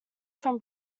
from